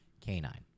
Canine